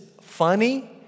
funny